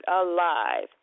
Alive